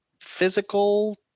physical